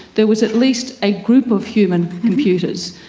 there was at least a group of human computers,